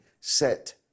set